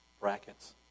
brackets